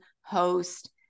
host